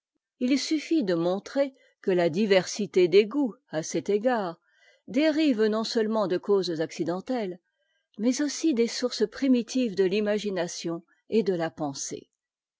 il suffit de montrer que la diversité des goûts à cet égard dérive non-seulement de causes accidentelles mais aussi des sources primitives de l'imagination et de la pensée